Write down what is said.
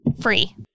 Free